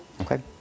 okay